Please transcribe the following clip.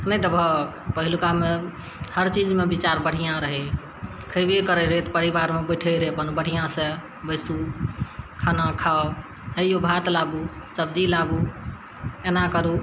नहि देबहक पहिलुकामे हरचीजमे विचार बढ़िआँ रहय खइबय करय रहय तऽ परिवारमे बैठय रहय अपन बढ़िआँसँ बैसू खाना खाउ हे यौ भात लाबू सब्जी लाबू एना करू